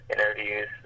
interviews